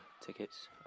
tickets